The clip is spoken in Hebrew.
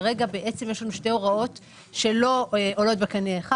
כרגע בעצם יש לנו שתי הוראות שלא עולות בקנה אחד.